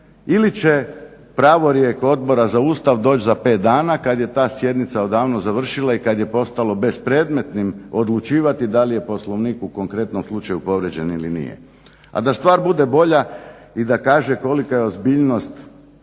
ili će pravorijek Odbora za Ustav doći za pet dana kad je ta sjednica odavno završila i kad je postalo bespredmetnim odlučivati da li je Poslovnik u konkretnom slučaju povrijeđen ili nije. A da stvar bude bolja i da kaže kolika je ozbiljnost